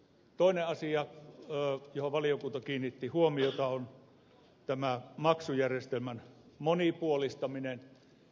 toinen asia johon valiokunta kiinnitti huomiota on tämä maksujärjestelmän monipuolistaminen